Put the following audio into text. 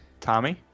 Tommy